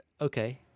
Okay